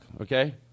okay